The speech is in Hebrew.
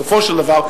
בסופו של דבר,